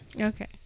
Okay